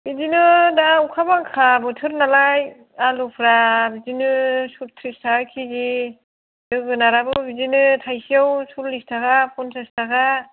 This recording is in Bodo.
बिदिनो दा अखा बांखा बोथोर नालाय आलुफोरा बिदिनो थ्रिस थाखा केजि जोगोनारआबो बिदिनो थाइसेआव साल्लिस थाखा फनसास थाखा